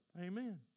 Amen